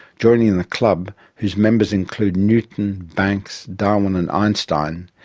joining the club whose members include newton, banks, darwin and einstein,